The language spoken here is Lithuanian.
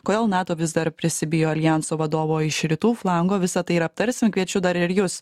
kodėl nato vis dar prisibijo aljanso vadovo iš rytų flango visa tai ir aptarsim kviečiu dar ir jus